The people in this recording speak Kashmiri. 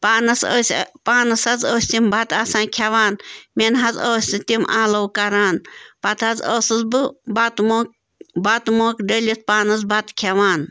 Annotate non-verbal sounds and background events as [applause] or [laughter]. پانَس ٲسۍ [unintelligible] پانَس حظ ٲسۍ تِم بَتہٕ آسان کھٮ۪وان مےٚ نَہ حظ ٲسۍ نہٕ تِم آلَو کران پَتہٕ حظ ٲسٕس بہٕ بَتہٕ موقعہ بَتہٕ موقعہ ڈٔلِتھ پانَس بَتہٕ کھٮ۪وان